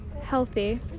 healthy